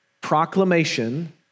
Proclamation